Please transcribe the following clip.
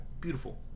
Beautiful